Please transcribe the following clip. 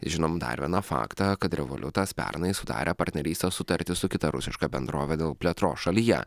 žinom dar vieną faktą kad revoliutas pernai sudarė partnerystės sutartį su kita rusiška bendrove dėl plėtros šalyje